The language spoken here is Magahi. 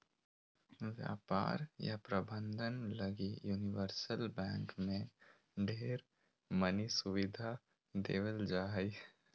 व्यापार या प्रबन्धन लगी यूनिवर्सल बैंक मे ढेर मनी सुविधा देवल जा हय